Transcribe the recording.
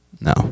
no